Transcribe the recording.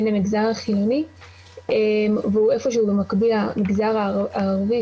המגזר החילוני והוא איפה שהוא במקביל למגזר הערבי